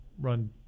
run